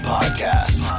Podcast